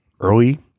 early